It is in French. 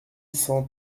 cent